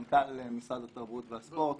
את מנכ"ל משרד התרבות והספורט